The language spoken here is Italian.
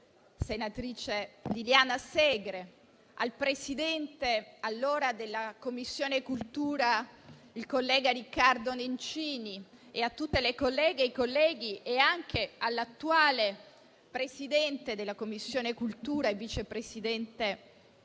senatrice a vita Liliana Segre e al presidente dell'allora Commissione cultura, il collega Riccardo Nencini. Ringrazio altresì tutte le colleghe e i colleghi e anche l'attuale Presidente della Commissione cultura e il vice presidente